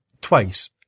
twice